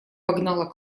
погнала